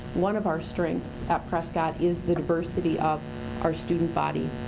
one of our strengths at prescott is the diversity of our student body.